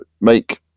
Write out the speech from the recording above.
make